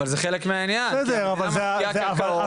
אבל זה חלק מהעניין והקרקעות הן לא --- בסדר,